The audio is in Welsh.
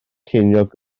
ceiniog